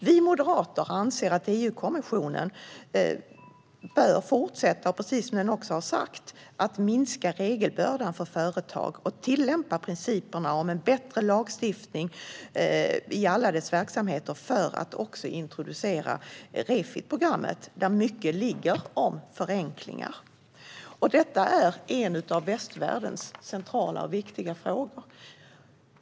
Vi moderater anser att EU-kommissionen bör fortsätta, precis som man nu också har sagt, att minska regelbördan för företag och tillämpa principerna om en bättre lagstiftning i alla verksamheter för att också introducera Refitprogrammet där mycket handlar om förenklingar. Detta är en av västvärldens centrala och viktiga frågor.